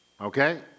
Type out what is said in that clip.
Okay